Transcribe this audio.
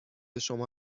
شما